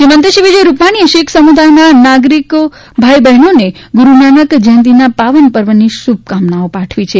મુખ્યમંત્રી શ્રી વિજયભાઇ રૂપાણીએ શીખ સમુદાયના નાગરિક ભાઇ બહેનોને ગુરૂ નાનક જ્યંતિના પાવન પર્વની શુભકામનાઓ પાઠવી છે